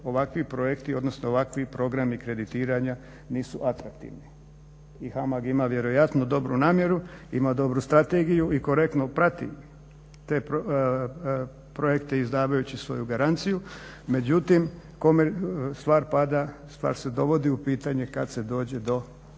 ovakvi projekti, odnosno ovakvi programi kreditiranja nisu atraktivni i HAMAG ima vjerojatno dobru namjeru, ima dobru strategiju i korektno prati te projekte izdavajuči svoju garanciju. Međutim, stvar pada, stvar se dovodi u pitanje kad se dođe do poslovnih